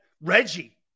Reggie